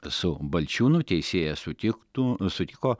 su balčiūnu teisėja sutiktų sutiko